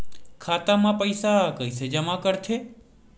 खाता म पईसा कइसे जमा करथे?